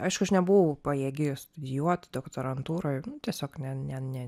aišku aš nebuvau pajėgi studijuot doktorantūroj tiesiog ne ne ne